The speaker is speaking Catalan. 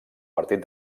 partit